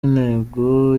intego